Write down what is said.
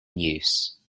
use